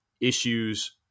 issues